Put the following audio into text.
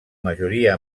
majoria